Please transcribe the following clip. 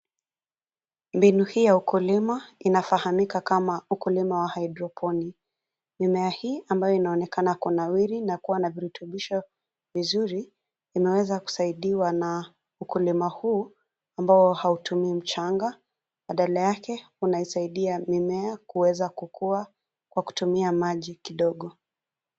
Mbinu hii ya ukulima inafahamika kama ukulima wa haidroponi. Mimea hii ambayo inaonekana kunawiri na kua na virutubisho vizuri imeweza kusaidiwa na ukulima huu ambao hautumii mchanga, badala yake unausaidia mimea kuweza kukua kwa kutumia maji kidogo.